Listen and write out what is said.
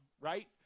right